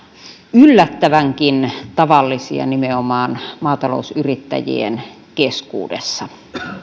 yllättävänkin tavallisia nimenomaan maatalousyrittäjien keskuudessa